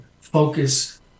focus